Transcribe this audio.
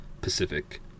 Pacific